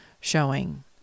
showing